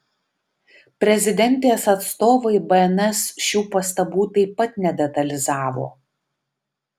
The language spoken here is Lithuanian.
prezidentės atstovai bns šių pastabų taip pat nedetalizavo